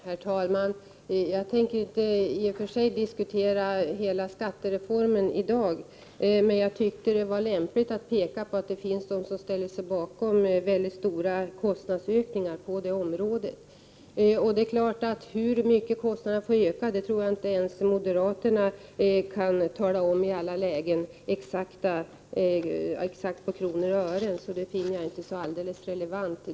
Herr talman! Jag tänker i och för sig inte diskutera hela skattereformen i dag, men jag tyckte att det var lämpligt att påpeka att det finns de som ställer sig bakom väldigt stora boendekostnadsökningar. Hur mycket kostnaderna får öka tror jag inte ens moderaterna kan tala om exakt på krona och öre i alla lägen, men det finner jag inte heller relevant.